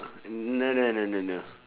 no no no no no